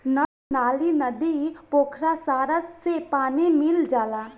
नल नाली, नदी, पोखरा सारा से पानी मिल जाला